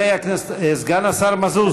סגן השר מזוז,